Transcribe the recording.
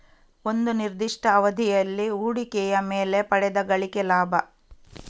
ಒಂದು ನಿರ್ದಿಷ್ಟ ಅವಧಿಯಲ್ಲಿ ಹೂಡಿಕೆಯ ಮೇಲೆ ಪಡೆದ ಗಳಿಕೆ ಲಾಭ